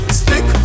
stick